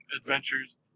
adventures